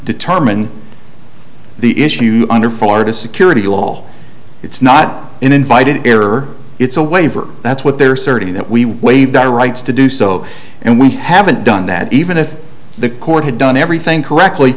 determine the issue under florida security law it's not invited error it's a waiver that's what they're certain that we waive the rights to do so and we haven't done that even if the court had done everything correctly